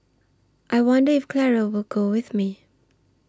I wonder if Clara will go with me